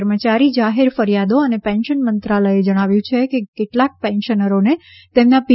કર્મચારી જાહેર ફરિયાદો અને પેન્શન મંત્રાલયે જણાવ્યું છે કે કેટલાક પેન્શનરોને તેમના પી